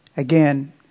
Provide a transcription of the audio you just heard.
Again